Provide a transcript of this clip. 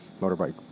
motorbike